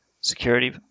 security